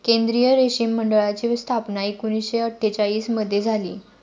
केंद्रीय रेशीम मंडळाची स्थापना एकूणशे अट्ठेचालिश मध्ये झाली